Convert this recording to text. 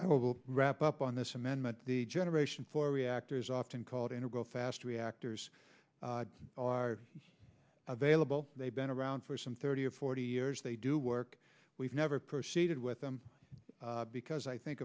will wrap up on this amendment the generation four reactors often called integral fast reactors are available they've been around for some thirty or forty years they do work we've never proceeded with them because i think